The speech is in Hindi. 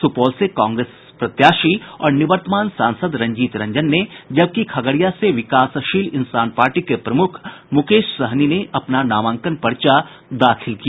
सुपौल से कांग्रेस प्रत्याशी और निवर्तमान सांसद रंजीत रंजन ने जबकि खगड़िया से विकासशील इंसान पार्टी के प्रमुख मुकेश सहनी ने अपना नामांकन पर्चा दाखिल किया